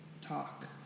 talk